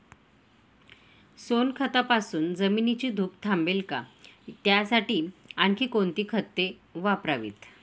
सोनखतापासून जमिनीची धूप थांबेल का? त्यासाठी आणखी कोणती खते वापरावीत?